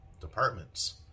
departments